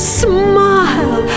smile